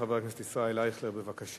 חבר הכנסת ישראל אייכלר, בבקשה.